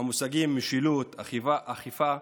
המושגים "משילות", "אכיפה",